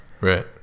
Right